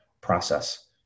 process